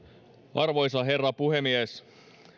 arvoisa herra puhemies